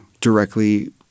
directly